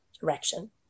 direction